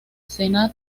cena